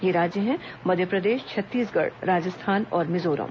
ये राज्य हैं मध्यप्रदेश छत्तीसगढ़ राजस्थान और मिजोरम